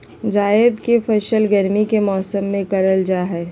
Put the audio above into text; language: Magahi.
जायद के फसल गर्मी के मौसम में करल जा हइ